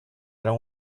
don’t